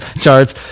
charts